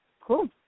Cool